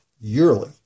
yearly